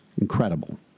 incredible